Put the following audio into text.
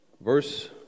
verse